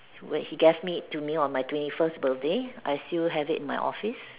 where he gave it to me on my twenty first birthday I still have it in my office